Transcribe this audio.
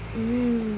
mm